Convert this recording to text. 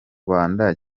marembera